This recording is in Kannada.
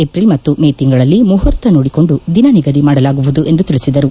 ವಿಪ್ರಿಲ್ ಮತ್ತು ಮೇ ತಿಂಗಳಲ್ಲಿ ಮುಹೂರ್ತ ನೋಡಿಕೊಂಡು ದಿನ ನಿಗದಿ ಮಾಡಲಾಗುವುದು ಎಂದು ತಿಳಿಸಿದರು